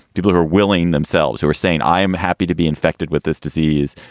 people who are willing themselves, who are saying, i am happy to be infected with this disease,